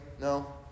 No